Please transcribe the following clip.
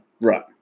Right